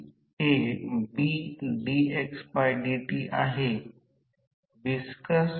तर ते a 2 आहे म्हणून SE2 एक वर्ग r2 j s वर्ग X 2